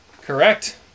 correct